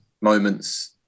moments